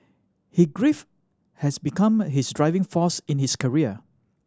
he grief has become his driving force in his career